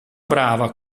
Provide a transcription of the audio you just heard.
brava